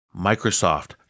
Microsoft